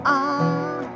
on